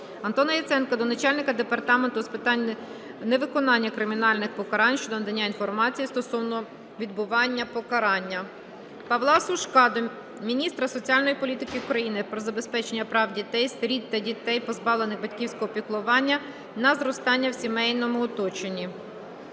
Антона Яценка до начальника Департаменту з питань виконання кримінальних покарань щодо надання інформації стосовно відбування покарання. Павла Сушка до міністра соціальної політики України про забезпечення прав дітей-сиріт та дітей, позбавлених батьківського піклування, на зростання в сімейному оточенні.